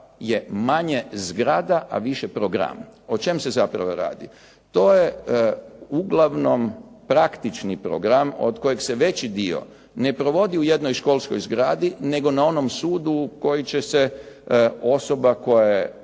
je manje zgrada, a više program. O čemu se zapravo radi? To je uglavnom praktični program od kojeg se veći dio ne provodi u jednoj školskoj zgradi, nego na onom sudu koji će se osoba koja je